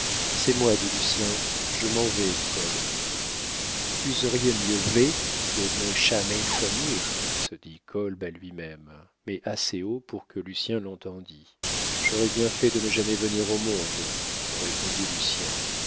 c'est moi dit lucien je m'en vais kolb vus auriez mieux vait te ne chamais fenir se dit kolb à lui-même mais assez haut pour que lucien l'entendît j'aurais bien fait de ne jamais venir au monde répondit lucien